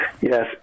yes